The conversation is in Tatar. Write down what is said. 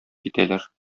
китәләр